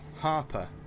Harper